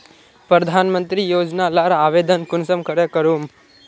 प्रधानमंत्री योजना लार आवेदन कुंसम करे करूम?